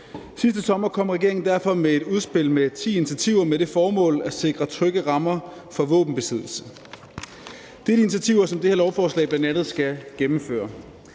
Sidste sommer kom regeringen derfor med et udspil med ti initiativer med det formål at sikre trygge rammer for våbenbesiddelse. Det er initiativer, som det her lovforslag bl.a. skal gennemføre.